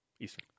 Eastern